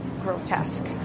Grotesque